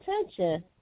attention